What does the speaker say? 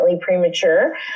premature